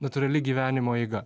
natūrali gyvenimo eiga